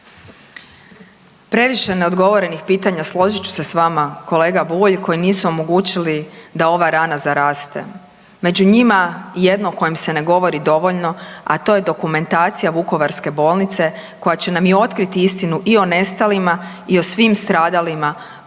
Previše neodgovorenih pitanja složit ću se s vama kolega Bulj koji nisu omogućili da ova rana zaraste. Među njima je jedno o kojem se ne govori dovoljno, a to je dokumentacija Vukovarske bolnice koja će nam i otkriti istinu i o nestalima i o svim stradalima